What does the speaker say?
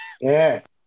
Yes